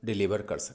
deliver कर सकते